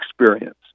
experience